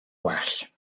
well